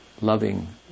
loving